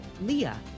leah